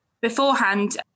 beforehand